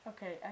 Okay